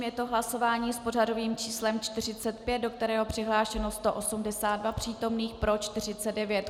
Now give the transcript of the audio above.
Je to hlasování s pořadovým číslem 45, do kterého je přihlášeno 182 přítomných, pro 49.